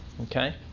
Okay